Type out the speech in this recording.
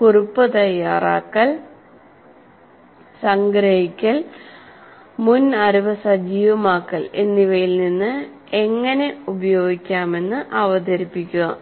കുറിപ്പ് തയ്യാറാക്കൽ സംഗ്രഹിക്കൽ മുൻ അറിവ് സജീവമാക്കൽ എന്നിവയിൽ നിന്ന് എങ്ങനെ ഉപയോഗിക്കാമെന്ന് അവതരിപ്പിക്കുക